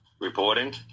reporting